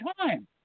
time